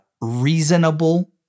reasonable